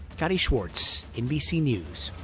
gadi schwartz, nbc news.